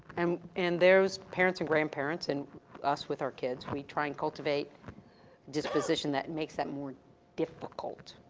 um and those parents and grandparents, and us with our kids, we try and cultivate disposition that makes that more difficult.